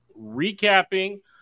recapping